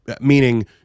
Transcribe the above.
meaning